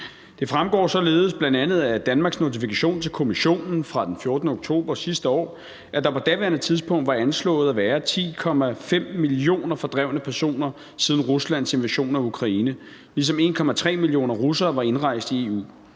Det fremgår således bl.a. af Danmarks notifikation til Kommissionen fra den 14. oktober sidste år, at der på daværende tidspunkt var anslået at være 10,5 millioner fordrevne personer siden Ruslands invasion af Ukraine, ligesom 1,3 millioner russere var indrejst i EU.